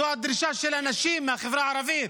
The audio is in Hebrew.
זו הדרישה של הנשים מהחברה הערבית,